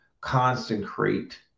consecrate